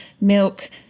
milk